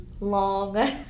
long